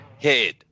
head